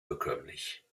bekömmlich